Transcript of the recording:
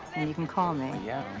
and you can call me. yeah,